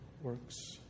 works